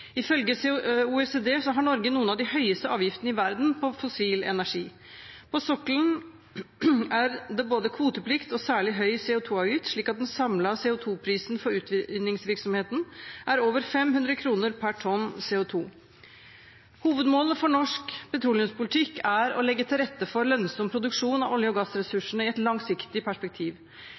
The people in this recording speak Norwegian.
har Norge noen av de høyeste avgiftene i verden på fossil energi. På sokkelen er det både kvoteplikt og særlig høy CO2-avgift, slik at den samlede CO2-prisen for utvinningsvirksomheten er over 500 kr per tonn CO2. Hovedmålet for norsk petroleumspolitikk er å legge til rette for lønnsom produksjon av olje- og gassressursene i et langsiktig perspektiv.